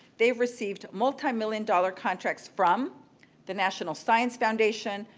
they received multimillion dollar contracts from the national science foundation,